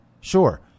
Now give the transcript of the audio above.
sure